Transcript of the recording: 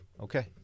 Okay